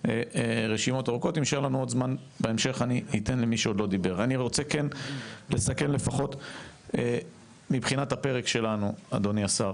אני אומר לך, אדוני השר,